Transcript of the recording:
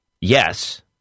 yes